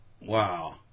Wow